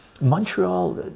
Montreal